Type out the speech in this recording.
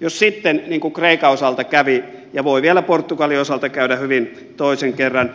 jos sitten niin kuin kreikan osalta kävi ja voi hyvin vielä portugalin osaltakin käydä toisen kerran